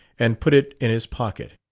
and put it in his pocket.